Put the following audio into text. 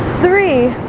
three